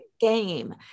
game